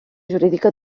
jurídica